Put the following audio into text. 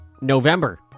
November